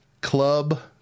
Club